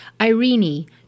Irene